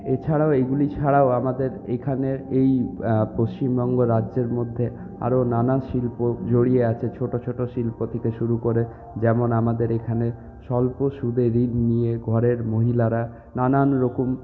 এছাড়াও এইগুলি ছাড়াও আমাদের এইখানে এই পশ্চিমবঙ্গ রাজ্যের মধ্যে আরও নানা শিল্প জড়িয়ে আছে ছোটো ছোটো শিল্প থেকে শুরু করে যেমন আমাদের এইখানে স্বল্প সুদে ঋণ নিয়ে ঘরের মহিলারা নানানরকম